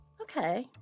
okay